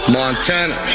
Montana